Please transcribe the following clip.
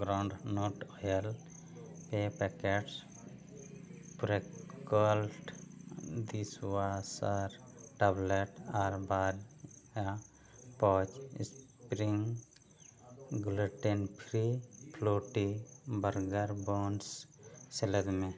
ground not hair ᱯᱮ packet ᱯᱨᱮᱠᱚᱞᱴ dishwasher tablet ᱟᱨ ᱵᱟᱨ ᱴᱤᱠᱟ ᱯᱚᱡᱽ ᱥᱯᱤᱨᱤᱝ ᱜᱞᱩᱴᱮᱱ ᱯᱷᱨᱤ ᱯᱷᱞᱳᱴᱤ ᱵᱟᱨᱜᱟᱱ ᱵᱚᱱᱥ ᱥᱮᱞᱮᱫ ᱢᱮ